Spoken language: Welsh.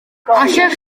allech